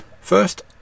First